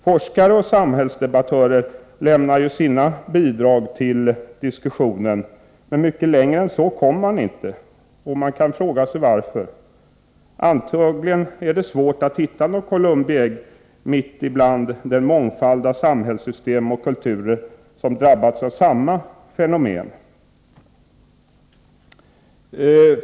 Forskare och samhällsdebattörer lämnar sina bidrag till diskussionen, men det blir inte mycket mer än diskussionsinlägg. Man kan fråga sig varför. Antagligen är det svårt att hitta något Columbi ägg, som kan användas för den mångfald av kulturer och samhällssystem som har drabbats av samma fenomen.